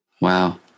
wow